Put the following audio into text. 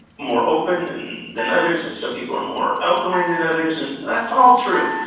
more open than than others, and some people are more outgoing than others, and that's all true.